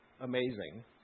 amazing